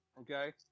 Okay